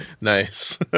Nice